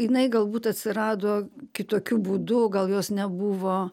jinai galbūt atsirado kitokiu būdu gal jos nebuvo